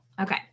Okay